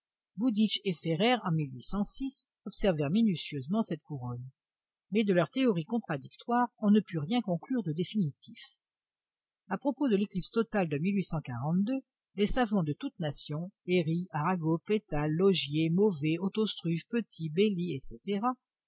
en observèrent minutieusement cette couronne mais de leurs théories contradictoires on ne put rien conclure de définitif à propos de l'éclipse totale de les savants de toutes nations airy arago peytal laugier mauvais ottostruve petit baily etc